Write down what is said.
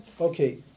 Okay